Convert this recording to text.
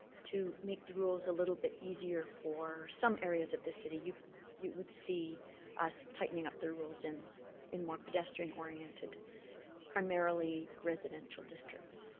to make the rules a little bit easier for some areas of the city, you you would see us tightening up the rules in in more pedestrian oriented primarily residential districts.